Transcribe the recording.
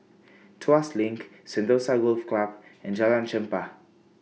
Tuas LINK Sentosa Golf Club and Jalan Chempah